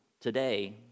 today